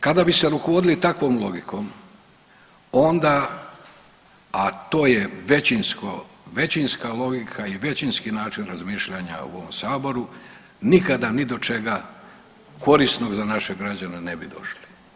Kada bi se rukovodili takvom logikom, onda, a to je većinska logika i većinski način razmišljanja u ovom Saboru, nikada ni do čega korisnog za naše građane ne bi došli.